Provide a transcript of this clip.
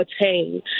attain